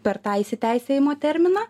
per tą įsiteisėjimo terminą